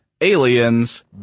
aliens